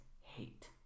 hate